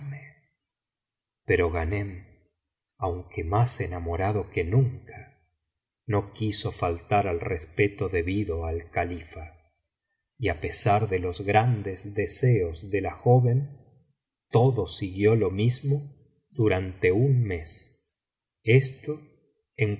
pero grhanem aunque más enamorado que nunca no quiso faltar al respeto debido al califa y á pesar de los grandes deseos de la joven todo siguió lo mismo durante un mes esto